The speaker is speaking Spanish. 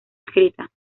escrita